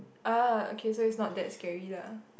ah okay so it's not that scary lah